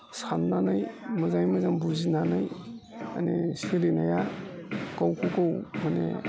साननानै मोजाङै मोजां बुजिनानै माने सोलिनाया गावबा गाव माने